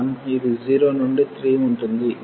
ఉంటుంది కాబట్టి ఇక్కడ ఇది 3 y